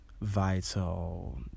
vital